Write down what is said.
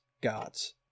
God's